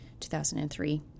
2003